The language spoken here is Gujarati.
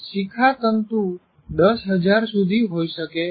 શિખતાંતું 10000 સુધી હોઇ શકે છે